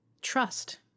trust